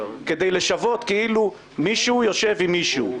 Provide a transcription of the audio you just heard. כדי לשוות כאילו מישהו יושב עם משיהו.